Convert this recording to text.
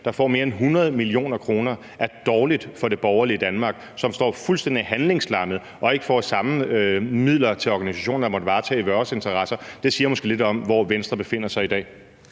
der får mere end 100 mio. kr., er dårligt for det borgerlige Danmark, som står fuldstændig handlingslammet og ikke får samme midler til organisationer, der måtte varetage vores interesser, siger måske lidt om, hvor Venstre befinder sig i dag.